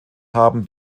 haben